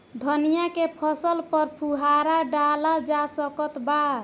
धनिया के फसल पर फुहारा डाला जा सकत बा?